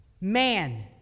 man